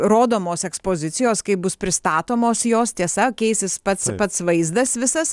rodomos ekspozicijos kaip bus pristatomos jos tiesa keisis pats pats vaizdas visas